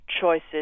choices